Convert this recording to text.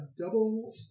double